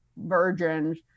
virgins